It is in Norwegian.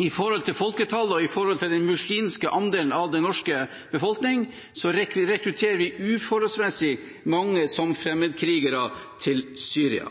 i forhold til folketallet og til den muslimske andelen av den norske befolkningen, rekrutteres det her uforholdsmessig mange som fremmedkrigere til Syria.